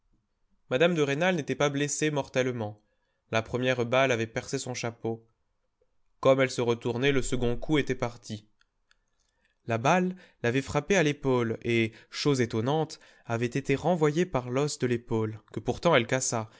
mme de rênal n'était pas blessée mortellement la première balle avait percé son chapeau comme elle se retournait le second coup était parti la balle l'avait frappée à l'épaule et chose étonnante avait été renvoyée par l'os de l'épaule que pourtant elle cassa